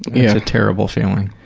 that's a terrible feeling.